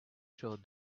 showed